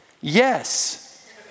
Yes